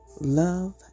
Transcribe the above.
Love